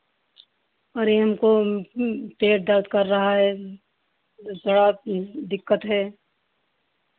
अरे हमको पेट दर्द कर रहा है दूसरा दिक्कत है